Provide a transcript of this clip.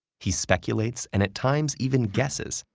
he speculates, and at times even guesses,